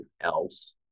else